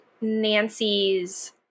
Nancy's